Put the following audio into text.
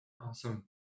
Awesome